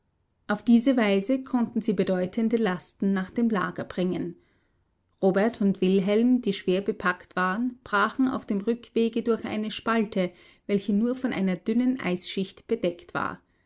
auf diese weise konnten sie bedeutende lasten nach dem lager bringen robert und wilhelm die schwer bepackt waren brachen auf dem rückwege durch eine spalte welche nur von einer dünnen eisschicht bedeckt war